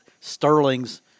Sterling's